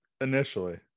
initially